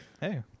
hey